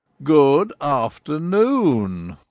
good afternoon!